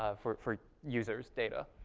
ah for for users' data.